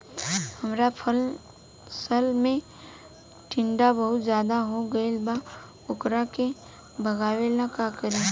हमरा फसल में टिड्डा बहुत ज्यादा हो गइल बा वोकरा के भागावेला का करी?